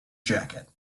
jacket